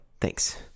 Thanks